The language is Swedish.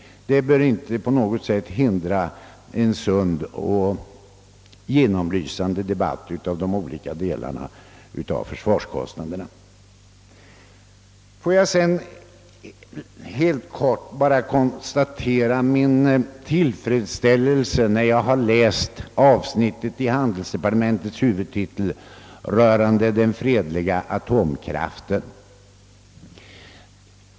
Detta bör inte på något sätt hindra en sund och genomlysande debatt av de olika delarna av försvarskostnaderna. Får jag sedan helt kort uttrycka den tillfredsställelse jag kände, när jag läste avsnittet under handelsdepartementets huvudtitel rörande den fredliga atomkraften.